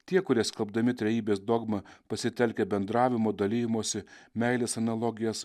tie kurie skelbdami trejybės dogmą pasitelkia bendravimo dalijimosi meilės analogijas